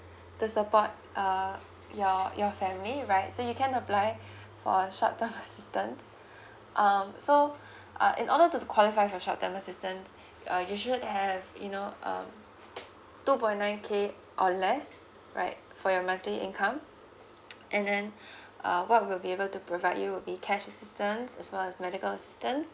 to support uh your your family right so you can apply for a short term assistance um so uh in order to qualify for short term assistance uh you should have you know um two point nine K or less right for your monthly income and then uh what we'll be able to provide you will be cash assistance as well as medical assistance